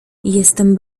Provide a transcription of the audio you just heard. jestem